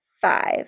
five